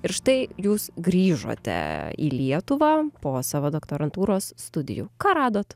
ir štai jūs grįžote į lietuvą po savo doktorantūros studijų ką radot